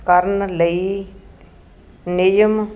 ਕਰਨ ਲਈ ਨਿਯਮ